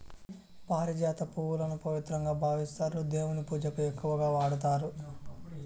పారిజాత పువ్వులను పవిత్రంగా భావిస్తారు, దేవుని పూజకు ఎక్కువగా వాడతారు